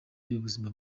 ry’ubuzima